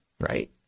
Right